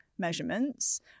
Measurements